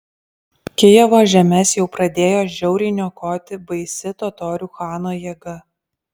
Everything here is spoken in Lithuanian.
kijevo žemes jau pradėjo žiauriai niokoti baisi totorių chano jėga